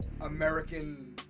American